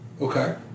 Okay